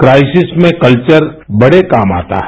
crisis में कल्वर बड़े काम आता है